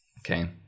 okay